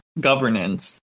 governance